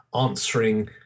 answering